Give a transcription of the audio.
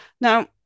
Now